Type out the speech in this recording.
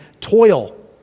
toil